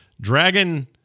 Dragon